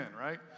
right